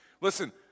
Listen